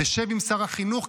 תשב עם שר החינוך,